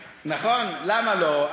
נכון, למה לא?